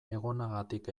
egonagatik